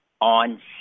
on